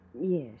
Yes